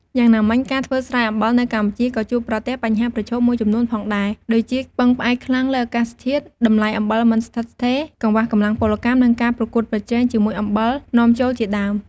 យ៉ាងណាមិញ ការធ្វើស្រែអំបិលនៅកម្ពុជាក៏ជួបប្រទះបញ្ហាប្រឈមមួយចំនួនផងដែរ ដូចជា ពឹងផ្អែកខ្លាំងលើអាកាសធាតុ តម្លៃអំបិលមិនស្ថិតស្ថេរ កង្វះកម្លាំងពលកម្ម និងការប្រកួតប្រជែងជាមួយអំបិលនាំចូលជាដើម។